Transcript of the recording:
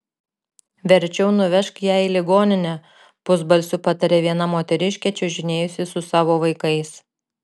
verčiau nuvežk ją į ligoninę pusbalsiu patarė viena moteriškė čiuožinėjusi su savo vaikais